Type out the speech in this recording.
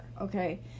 Okay